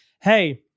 hey